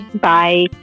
Bye